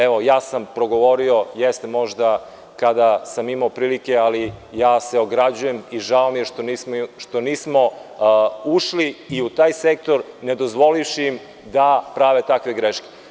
Evo, ja sam progovorio, jeste možda kada sam imao prilike, ali ja se ograđujem i žao mi je što nismo ušli i u taj sektor ne dozvolivši im da prave takve greške.